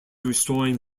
restoring